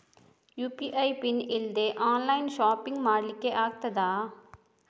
UPI pin ಇಲ್ದೆ online shopping ಮಾಡ್ಲಿಕ್ಕೆ ಆಗ್ತದಾ?